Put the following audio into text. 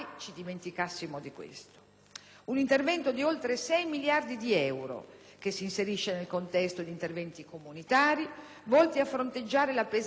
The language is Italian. Un intervento di oltre 6 miliardi di euro, che si inserisce nel contesto di interventi comunitari volti a fronteggiare la pesante crisi internazionale: